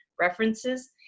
references